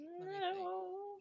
no